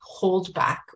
holdback